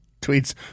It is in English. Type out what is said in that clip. tweets